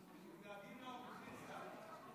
דואגים לאופוזיציה.